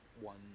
one